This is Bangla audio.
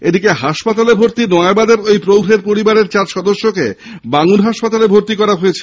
এদিকে হাসপাতালে ভর্তি নয়াবাদের ঐ প্রৌঢ়ের পরিবারের চার সদস্যকে বাঙ্গুর হাসপাতালে ভর্তি করা হয়েছে